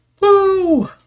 Woo